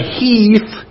heath